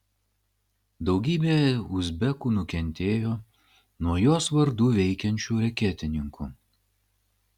daugybė uzbekų nukentėjo nuo jos vardu veikiančių reketininkų